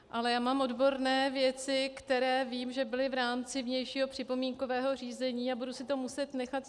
Ale já mám odborné věci, které vím, že byly v rámci vnějšího připomínkového řízení, a budu si to muset nechat.